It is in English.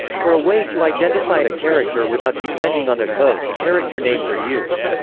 for a way to identify a character without depending on a code, character names are used.